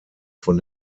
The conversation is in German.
von